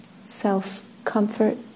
self-comfort